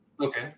Okay